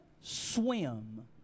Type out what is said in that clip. swim